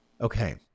Okay